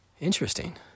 Interesting